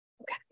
Okay